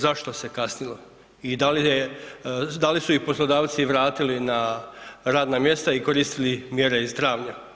Zašto se kasnilo i da li su ih poslodavci vratili na radna mjesta i koristili mjere iz travnja?